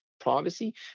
privacy